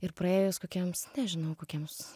ir praėjus kokiems nežinau kokiems